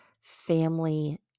family